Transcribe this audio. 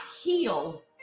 heal